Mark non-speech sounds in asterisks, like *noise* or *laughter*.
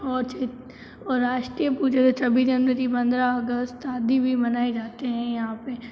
और *unintelligible* और राष्ट्रीय पूजा जैसे छब्बीस जनवरी पंद्रह अगस्त आदि भी मनाए जाते हैं यहाँ पे